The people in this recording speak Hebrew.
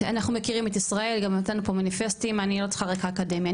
אנחנו מכירים את ישראל גם נתנו פה מניפסטים אני לא צריכה רקע אקדמי,